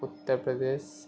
Uttar Pradesh